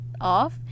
off